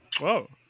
Whoa